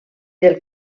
del